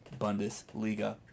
Bundesliga